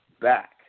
back